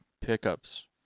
pickups